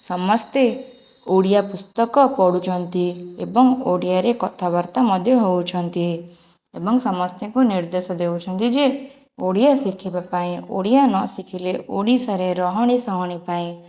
ସମସ୍ତେ ଓଡ଼ିଆ ପୁସ୍ତକ ପଢ଼ୁଛନ୍ତି ଏବଂ ଓଡ଼ିଆରେ କଥାବାର୍ତ୍ତା ମଧ୍ୟ ହେଉଛନ୍ତି ଏବଂ ସମସ୍ତିଙ୍କୁ ନିର୍ଦ୍ଧେଶ ଦେଉଛନ୍ତି ଯେ ଓଡ଼ିଆ ଶିଖିବା ପାଇଁ ଓଡ଼ିଆ ନ ଶିଖିଲେ ଓଡ଼ିଶାରେ ରହଣି ସହଣୀ ପାଇଁ